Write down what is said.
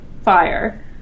fire